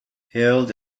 hailed